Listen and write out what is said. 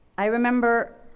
i remember